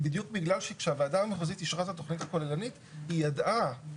בדיוק בגלל שכשהוועדה המחוזית אישרה את התכנית הכוללנית היא ידעה,